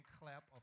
clap